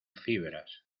fibras